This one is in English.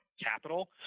capital